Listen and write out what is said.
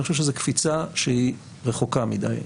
אני חושב שזו קפיצה שהיא רחוקה מדי.